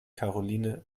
karoline